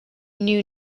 knew